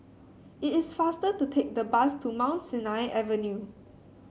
it is faster to take the bus to Mount Sinai Avenue